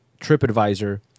TripAdvisor